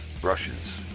brushes